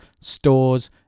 stores